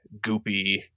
goopy